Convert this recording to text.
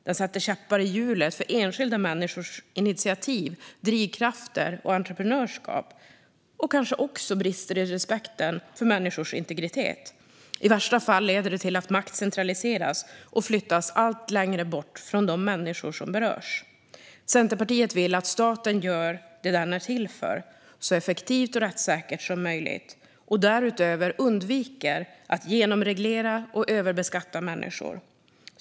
Den sätter käppar i hjulet för enskilda människors initiativ, drivkrafter och entreprenörskap. Den brister kanske också i respekten för människors integritet. I värsta fall leder det till att makt centraliseras och flyttas allt längre bort från de människor som berörs. Centerpartiet vill att staten gör det den är till för, så effektivt och rättssäkert som möjligt, och därutöver undviker att genomreglera och överbeskatta människor.